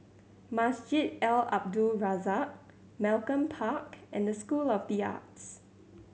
Masjid Al Abdul Razak Malcolm Park and School of The Arts